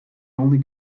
only